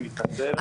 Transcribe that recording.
אני מתנצל.